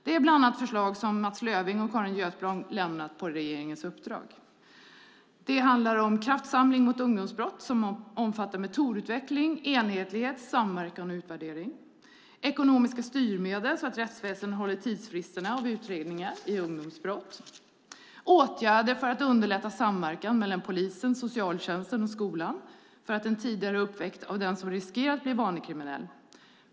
Det är bland annat förslag som Mats Löfving och Carin Götblad har lämnat på regeringens uppdrag. Det handlar om kraftsamling mot ungdomsbrott och omfattar metodutveckling, enhetlighet, samverkan och utvärdering. Det handlar om ekonomiska styrmedel så att rättsväsendet håller tidsfrister i utredningar av ungdomsbrott. Det handlar om åtgärder för att underlätta samverkan mellan polisen, socialtjänsten och skolan för en tidigare upptäckt av den som riskerar att bli vanlig kriminell.